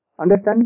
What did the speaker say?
Understand